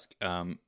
ask